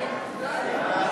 סעיפים 1 4